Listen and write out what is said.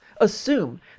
assume